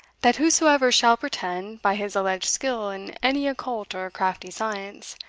that whosoever shall pretend, by his alleged skill in any occult or crafty science,